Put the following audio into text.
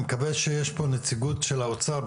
אני מקווה שיש פה נציגות של האוצר.